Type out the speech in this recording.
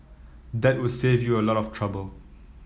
that would save you a lot of trouble